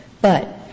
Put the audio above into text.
But-